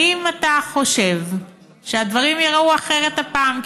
האם אתה חושב שהדברים ייראו אחרת הפעם?